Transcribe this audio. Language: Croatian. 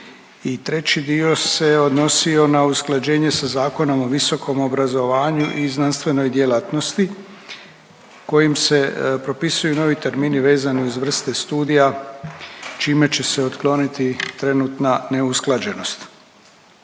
treći dio se odnosio na usklađenje sa Zakonom o visokom obrazovanju i znanstvenoj djelatnosti kojim se propisuju novi termini vezani uz vrste studija čime će se otkloniti trenutna neusklađenost.